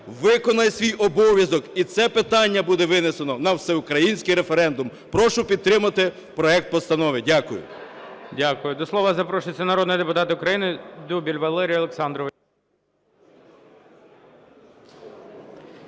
виконає свій обов'язок, і це питання буде винесено на всеукраїнський референдум. Прошу підтримати проект постанови. Дякую. ГОЛОВУЮЧИЙ. Дякую. До слова запрошується народний депутат України Дубіль Валерій Олександрович.